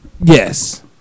yes